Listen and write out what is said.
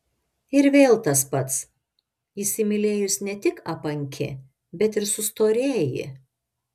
ir vėl tas pats įsimylėjus ne tik apanki bet ir sustorėji